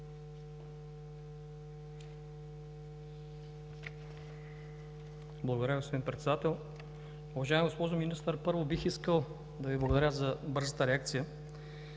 Благодаря, господин Председател. Уважаема госпожо Министър, първо, бих искал да Ви благодаря за бързата реакция